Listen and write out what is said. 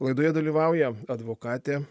laidoje dalyvauja advokatė